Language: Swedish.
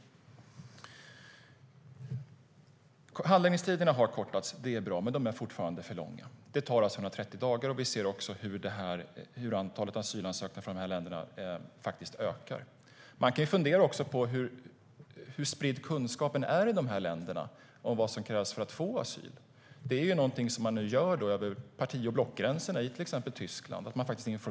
Handläggningstiderna har kortats, det är bra, men de är fortfarande för långa. Det tar 130 dagar, och vi ser hur antalet asylansökningar från dessa länder ökar. Man kan fundera på hur spridd kunskapen är i de länderna beträffande vad som krävs för att få asyl. Nu informerar man om det på ett mycket tydligt sätt över parti och blockgränserna i till exempel Tyskland.